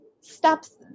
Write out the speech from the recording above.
steps